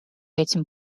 этим